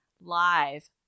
live